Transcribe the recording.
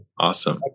Awesome